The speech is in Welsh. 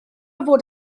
fod